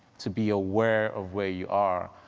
to be aware of where you are,